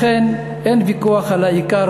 לכן אין ויכוח על העיקר,